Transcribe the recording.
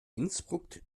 innsbruck